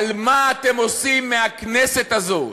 על מה אתם עושים מהכנסת הזאת.